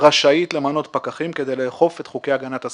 רשאית למנות פקחים כדי לאכוף את חוקי הגנת הסביבה.